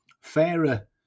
fairer